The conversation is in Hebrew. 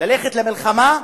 ללכת למלחמה,